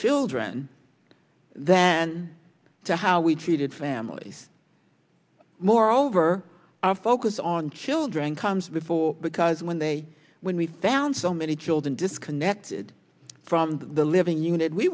children than to how we treated families moreover our focus on children comes before because when they when we found so many children disconnected from the living unit we